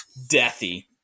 deathy